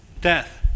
death